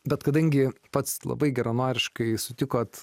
bet kadangi pats labai geranoriškai sutikot